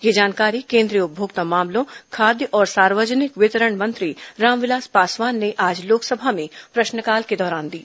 यह जानकारी केंद्रीय उपभोक्ता मामलों खाद्य और सार्वजनिक वितरण मंत्री रामविलास पासवान ने आज लोकसभा में प्रश्नकाल के दौरान दी